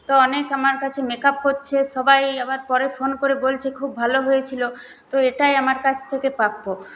তো অনেক আমার কাছে মেক আপ করছে সবাই আবার পরে ফোন করে বলছে যে খুব ভালো হয়েছিলো তো এটাই আমার কাছ থেকে প্রাপ্য